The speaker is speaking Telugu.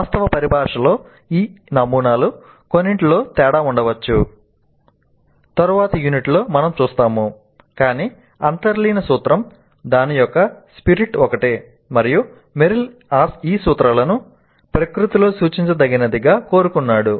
వాస్తవ పరిభాష ఆ నమూనాలలో కొన్నింటిలో తేడా ఉండవచ్చు కానీ అంతర్లీన సూత్రం దాని యొక్క స్పిరిట్ ఒకటే మరియు మెర్రిల్ ఈ సూత్రాలను ప్రకృతిలో సూచించదగినదిగా కోరుకున్నాడు